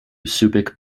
subic